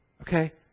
Okay